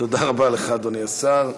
תודה רבה לך, אדוני השר.